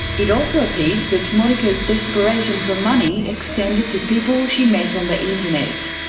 it also appears that monika's desperation for money extended to people she met on the internet.